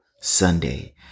Sunday